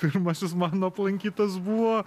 pirmasis mano aplankytas buvo